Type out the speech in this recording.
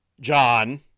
John